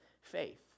faith